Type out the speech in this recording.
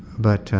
but